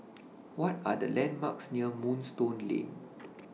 What Are The landmarks near Moonstone Lane